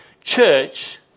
church